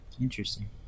Interesting